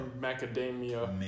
Macadamia